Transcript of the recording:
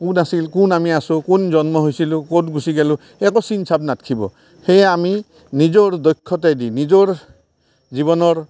কোন আছিল কোন আমি আছোঁ কোন জন্ম হৈছিলোঁ ক'ত গুচি গ'লোঁ একো চিন চাব নাথকিব সেয়ে আমি নিজৰ দক্ষতাইদি নিজৰ জীৱনৰ